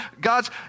God's